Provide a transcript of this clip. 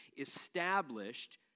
established